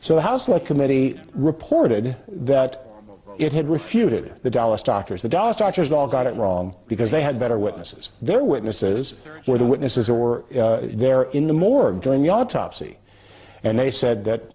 so the house select committee reported that it had refuted the dallas doctors the doctors all got it wrong because they had better witnesses their witnesses were the witnesses or there in the morgue during the autopsy and they said that